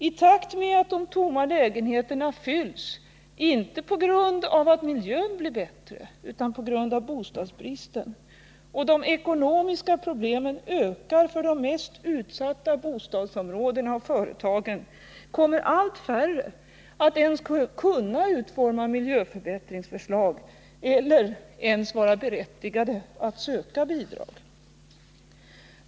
I takt med att de tomma lägenheterna fylls — inte på grund av att miljön blir bättre utan på grund av bostadsbristen — och de ekonomiska problemen ökar för de mest utsatta bostadsområdena och företagen, kommer allt färre att kunna utforma miljöförbättringsförslag eller ens vara berättigade att söka bidrag.